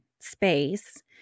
space